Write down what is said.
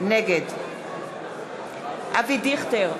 נגד אבי דיכטר,